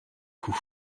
coup